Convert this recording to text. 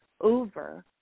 over